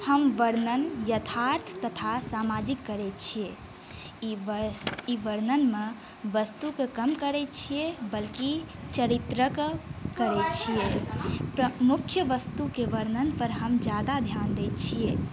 हम वर्णन यथार्थ तथा सामाजिक करै छिए ई वर्णनमे वस्तुके कम करै छिए बल्कि चरित्रके करै छिए मुख्य वस्तुके वर्णनपर हम ज्यादा धिआन दै छिए